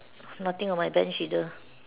nothing on my bench either